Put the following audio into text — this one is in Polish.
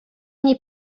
nie